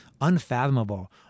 unfathomable